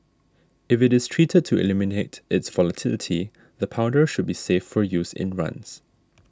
if it is treated to eliminate its volatility the powder should be safe for use in runs